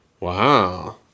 Wow